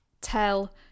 tell